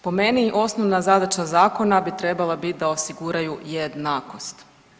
Po meni osnovna zadaća zakona bi trebala biti da osiguraju jednakost.